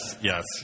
yes